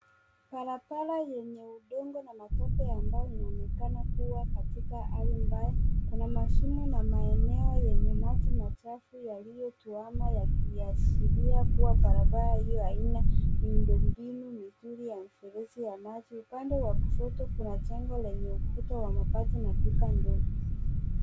Barabara yenye udongo na matope ambayo inaonekana kuwa katika ardhi mbaya. Kuna mashimo na maeneo yenye maji machafu yaliyotuama yakiashiria kuwa barabara hio haina miundo mbinu mizuri ya mifereji ya maji. Upande wa kushoto kuna jengo lenye ukuta wa mabati na duka ndogo.